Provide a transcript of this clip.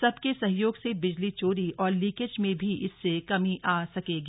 सबके सहयोग से बिजली चोरी और लीकेज में भी इससे कमी आ सकेगी